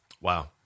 Wow